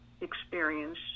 experience